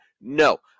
No